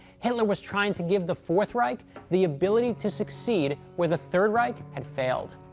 hitler was trying to give the fourth reich the ability to succeed where the third reich had failed.